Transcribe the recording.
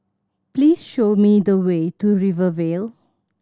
please show me the way to Rivervale